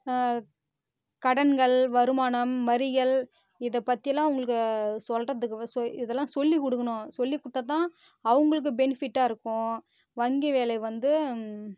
கடன்கள் வருமானம் வரிகள் இதைப்பத்திலாம் அவங்களுக்கு சொல்கிறதுக்கு இதல்லாம் சொல்லிக் கொடுக்குணும் சொல்லிக் கொடுத்தாதான் அவுங்களுக்கு பெனிஃபிட்டாயிருக்கும் வங்கி வேலை வந்து